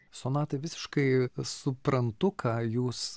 sonata visiškai suprantu ką jūs